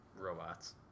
Robots